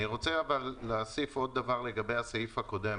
אני רוצה להוסיף עוד דבר לגבי הסעיף הקודם